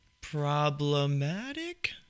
problematic